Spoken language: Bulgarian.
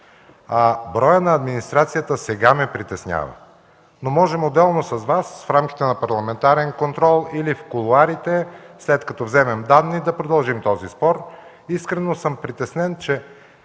Броят на администрацията сега ме притеснява, но можем отделно с Вас – в рамките на парламентарен контрол или в кулоарите, след като вземем данни, да продължим този спор. Искрено съм притеснен, че